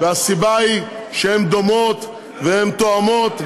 והסיבה היא שהן דומות והן תואמות.